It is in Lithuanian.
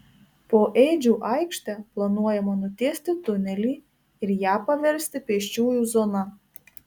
po ėdžių aikšte planuojama nutiesti tunelį ir ją paversti pėsčiųjų zona